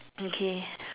okay